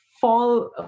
fall